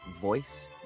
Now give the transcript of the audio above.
Voice